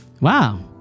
Wow